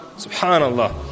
SubhanAllah